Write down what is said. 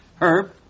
Herb